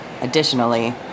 Additionally